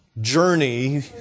journey